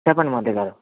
చెప్పండి మురళీ గారు